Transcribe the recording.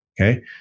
Okay